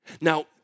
Now